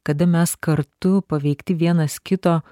kada mes kartu paveikti vienas kito